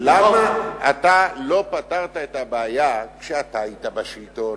למה אתה לא פתרת את הבעיה כשאתה היית בשלטון?